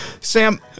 Sam